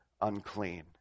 unclean